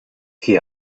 qui